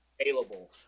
available